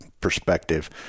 perspective